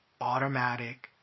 automatic